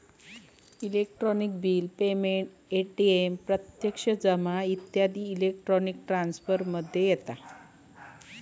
electronic bill payment, ATM प्रत्यक्ष जमा इत्यादी इलेक्ट्रॉनिक ट्रांसफर मध्ये येता